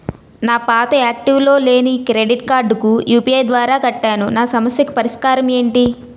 నా పాత యాక్టివ్ లో లేని క్రెడిట్ కార్డుకు యు.పి.ఐ ద్వారా కట్టాను నా సమస్యకు పరిష్కారం ఎంటి?